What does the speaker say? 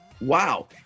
Wow